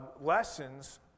lessons